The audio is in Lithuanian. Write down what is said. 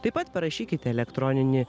taip pat parašykite elektroninį